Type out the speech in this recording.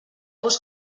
vos